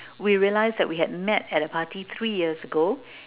we realized that we had met at a party three years ago